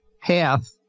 path